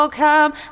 come